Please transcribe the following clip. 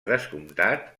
descomptat